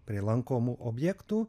prie lankomų objektų